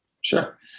Sure